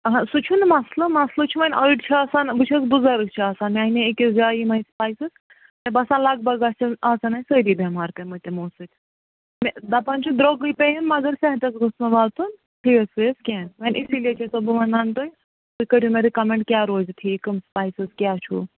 آہا سُہ چھُنہٕ مسلہٕ مسلہٕ چھُ وۅنۍ أڑۍ چھِ آسان بہٕ چھَس بُزرٕگ چھِ آسان مےٚ اَنے أکِس جایہِ یِمَے پایپہٕ مےٚ باسان لگ بگ گَژھن آسن اَسہِ سٲری بٮ۪مار پیمٕتۍ تِمو سۭتۍ مےٚ دَپان چھُ درٛۅگٕے پیٚیِنۍ مگر صحتس گوٚژھ نہٕ واتُن کیٚنٛہہ وۅنۍ اِسی لیے چھَسو بہٕ وَنان تُہۍ تُہۍ کٔرِو مےٚ رِکیمنٛڈ کیٛاہ روزِ ٹھیٖک کٕم سُپایسِز کیٛاہ چھُ